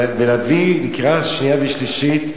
ולהביא לקריאה שנייה ושלישית,